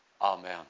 Amen